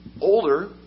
older